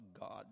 God